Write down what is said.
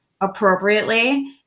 appropriately